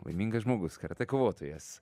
laimingas žmogus karatė kovotojas